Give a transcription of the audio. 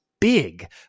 big